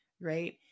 Right